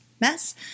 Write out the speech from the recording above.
mess